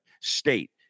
state